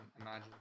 imagine